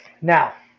Now